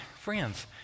friends